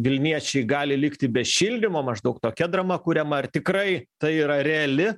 vilniečiai gali likti be šildymo maždaug tokia drama kuriama ar tikrai tai yra reali